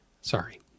sorry